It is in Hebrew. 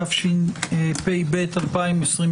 התשפ"ב-2022.